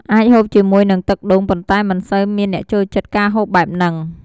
អាចហូបជាមួយនឹងទឹកដូងប៉ុន្តែមិនសូវមានអ្នកចូលចិត្តការហូបបែបនិង។